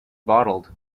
bottled